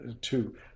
two